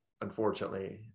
unfortunately